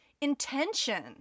intention